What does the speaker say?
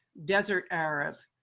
desert arab.